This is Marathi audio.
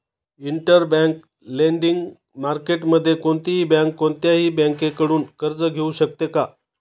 इंटरबँक लेंडिंग मार्केटमध्ये कोणतीही बँक कोणत्याही बँकेकडून कर्ज घेऊ शकते का?